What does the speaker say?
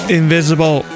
invisible